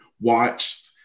watched